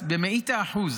במאית האחוז.